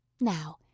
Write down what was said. Now